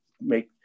make